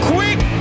Quick